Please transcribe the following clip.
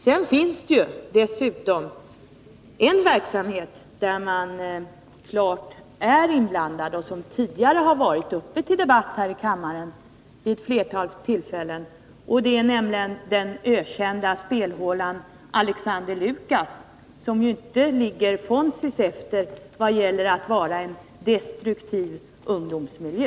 Dessutom finns det en verksamhet i vilken polisen klart är inblandad och som tidigare vid ett flertal tillfällen har varit uppe till debatt här i kammaren. Jag tänker på den ökända spelhålan Alexander Lucas, som ju inte ligger Fonzies efter vad gäller att vara en destruktiv ungdomsmiljö.